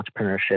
entrepreneurship